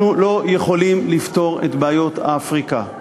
אנחנו לא יכולים לפתור את בעיות אפריקה.